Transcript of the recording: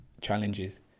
challenges